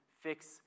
fix